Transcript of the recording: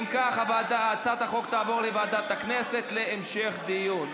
אם כך, הצעת החוק תעבור לוועדת הכנסת להמשך דיון.